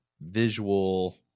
visual